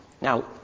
Now